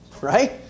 Right